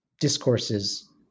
discourses